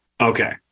okay